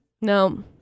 No